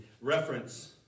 reference